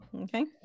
Okay